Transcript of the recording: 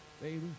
baby